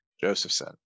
Josephson